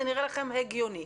זה נראה לכן הגיוני.